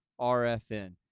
RFN